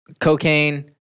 cocaine